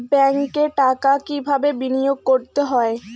ব্যাংকে টাকা কিভাবে বিনোয়োগ করতে হয়?